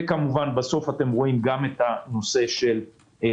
וכמובן בסוף אתם רואים גם את נושא המט"ח.